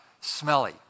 smelly